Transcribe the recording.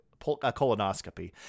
colonoscopy